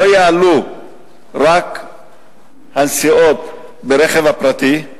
לא יתייקרו רק הנסיעות ברכב הפרטי,